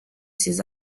ses